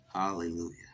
Hallelujah